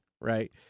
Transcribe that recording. right